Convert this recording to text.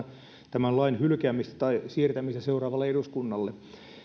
tämän lain hylkäämistä tai siirtämistä seuraavalle eduskunnalle